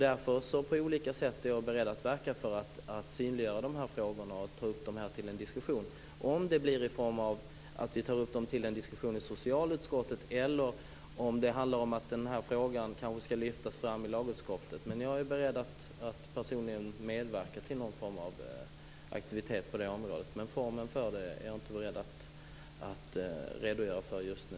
Därför är jag beredd att på olika sätt verka för att synliggöra dessa frågor och ta upp dem till en diskussion. Vare sig det blir så att vi tar upp dem till diskussion i socialutskottet eller om det handlar om att frågorna kanske ska lyftas upp i lagutskottet så är jag beredd att personligen medverka till någon form av aktivitet på detta område. Men formen är jag inte beredd att redogöra för just nu.